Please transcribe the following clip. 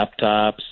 laptops